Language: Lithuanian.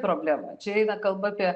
problema čia eina kalba apie